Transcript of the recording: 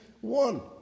one